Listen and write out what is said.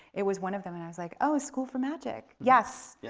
it was one of them and i was like, oh, a school for magic. yes, yeah